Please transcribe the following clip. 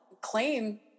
claim